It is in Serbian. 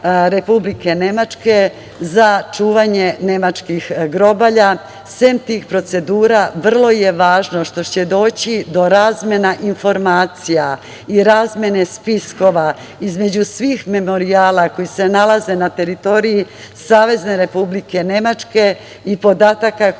Republike Nemačke za čuvanje nemačkih grobalja. Sem tih procedura vrlo je važno što će doći do razmena informacija i razmene spiskova između svih memorijala koji se nalaze na teritoriji Savezne Republike Nemačke i podataka koji se